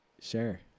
Sure